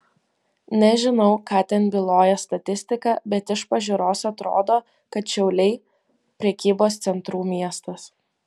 nežinau ką ten byloja statistika bet iš pažiūros atrodo kad šiauliai prekybos centrų miestas